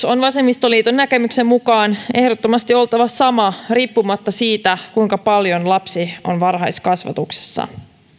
on vasemmistoliiton näkemyksen mukaan ehdottomasti oltava sama riippumatta siitä kuinka paljon lapsi on varhaiskasvatuksessa ongelmia